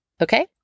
Okay